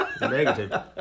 Negative